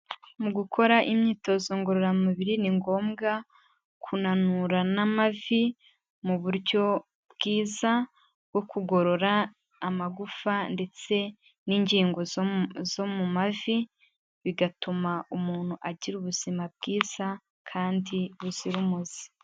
Mu gukora imyitozo ngororamubiri ni ngombwa kunanura n'amavi, mu buryo bwiza bwo kugorora amagufa ndetse n'ingingo zo mu mavi, bigatuma umuntu agira ubuzima bwiza kandi buzira umuze.